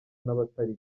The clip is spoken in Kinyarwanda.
n’abatari